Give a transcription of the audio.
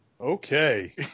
Okay